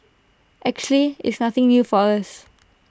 actually it's nothing new for us